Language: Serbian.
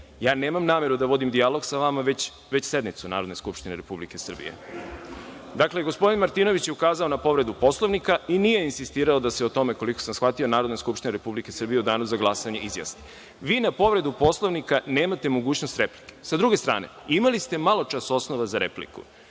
ja nemam nameru da vodim dijalog sa vama, već sednicu Narodne skupštine Republike Srbije. Dakle, gospodin Martinović je ukazao na povredu Poslovnika i nije insistirao da se o tome, koliko sam shvatio, Narodna skupština Republike Srbije u danu za glasanje izjasni. Vi na povredu Poslovnika nemate mogućnost replike. Sa druge strane, imali ste maločas osnova za repliku.